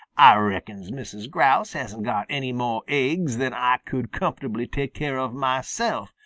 ah reckons mrs. grouse hasn't got any mo' aiggs than ah could comfortably take care of mahself,